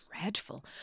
dreadful